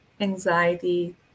anxiety